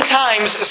times